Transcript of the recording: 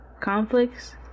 conflicts